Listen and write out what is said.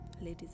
ladies